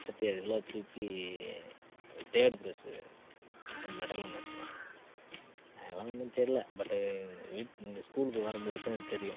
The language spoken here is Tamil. நாற்பத்தியேழு கிலோ தூக்கி தேர்டு ப்ரைஸ் மெடலும் அடித்தோம் அதெலாம் ஒன்றும் தெரியல பட் இந்த ஸ்கூலுக்கு வரும் போதுதான் தெரியும்